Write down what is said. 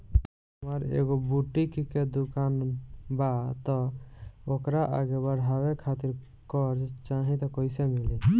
हमार एगो बुटीक के दुकानबा त ओकरा आगे बढ़वे खातिर कर्जा चाहि त कइसे मिली?